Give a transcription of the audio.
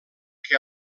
que